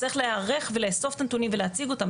צריך להיערך, לאסוף את הנתונים ולהציג אותם.